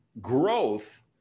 growth